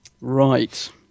Right